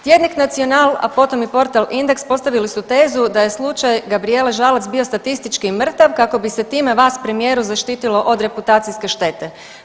Tjednik „Nacional“, a potom i portal Index postavili su tezu da je slučaj Gabrijele Žalac bio statistički mrtav kako bi se time vas premijeru zaštitilo od reputacijske štete.